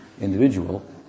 individual